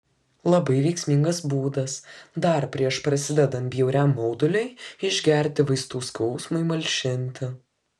labai veiksmingas būdas dar prieš prasidedant bjauriam mauduliui išgerti vaistų skausmui malšinti